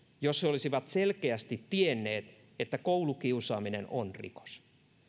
jos he olisivat selkeästi tienneet että koulukiusaaminen on rikos